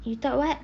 you thought what